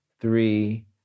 three